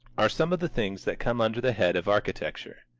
are some of the things that come under the head of architecture.